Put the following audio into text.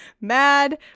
mad